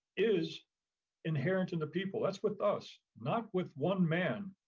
is inherent in the people. that's with us, not with one man,